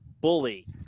Bully